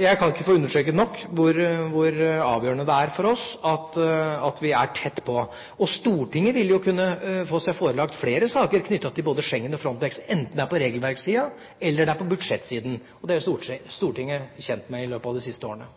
Jeg kan ikke få understreket nok hvor avgjørende det er for oss at vi er tett på. Stortinget vil kunne få seg forelagt flere saker knyttet til både Schengen og Frontex, enten det er på regelverksiden eller det er på budsjettsiden. Det er jo Stortinget kjent med i løpet av de siste årene.